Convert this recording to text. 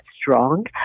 strong